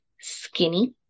skinny